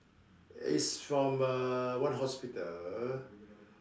is from uh what hospital